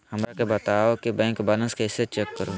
हमरा के बताओ कि बैंक बैलेंस कैसे चेक करो है?